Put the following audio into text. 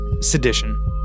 sedition